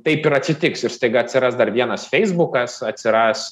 taip ir atsitiks ir staiga atsiras dar vienas feisbukas atsiras